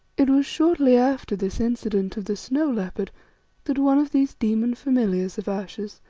it was shortly after this incident of the snow-leopard that one of these demon familiars of ayesha's,